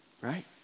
Right